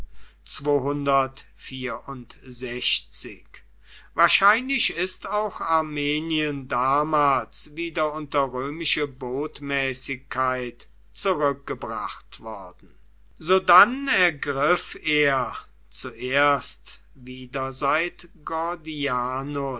wahrscheinlich ist auch armenien damals wieder unter römische botmäßigkeit zurückgebracht worden sodann ergriff er zuerst wieder seit